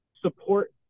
support